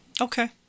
okay